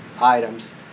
items